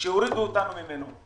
שהורידו אותנו ממנו,